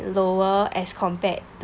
lower as compared